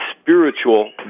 spiritual